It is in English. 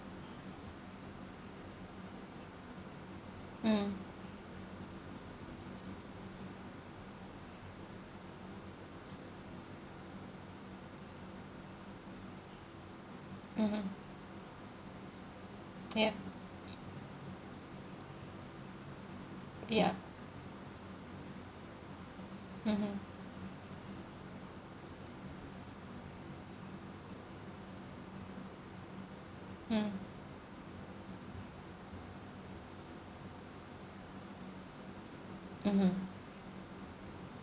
mm mmhmm yup yup mmhmm mm mmhmm